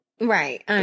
Right